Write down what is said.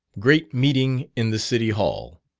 great meeting in the city hall,